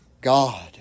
God